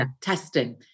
testing